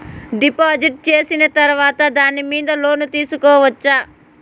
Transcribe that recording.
డిపాజిట్లు సేసిన తర్వాత దాని మీద లోను తీసుకోవచ్చా?